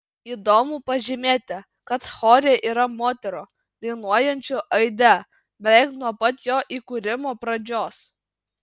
įdomu pažymėti kad chore yra moterų dainuojančių aide beveik nuo pat jo įkūrimo pradžios